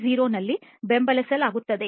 0 ನಲ್ಲಿ ಬೆಂಬಲಿಸಲಾಗುತ್ತದೆ